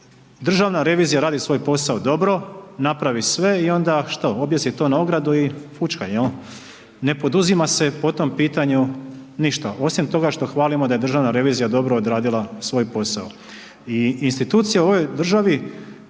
Državna revizija radi svoj posao dobro, napravi sve i onda što, objesi to na ogradu i fućka, jel, ne poduzima se po tom pitanju ništa osim toga što hvalimo da je Državna revizija dobro odradila svoj posao. I institucije u ovoj državi